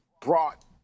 brought